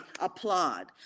applaud